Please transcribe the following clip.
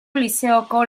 lizeoko